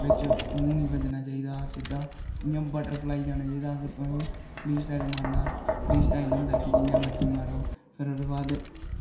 बिच मूंह् निं बज्जना चाहिदा सिद्धा इ'यां बटरफलाई जाना चाहिदा अगर तुसें फ्री स्टाइल मारना फ्री स्टाइल होंदा कि तुस जि'यां मरजी मारो